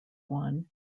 one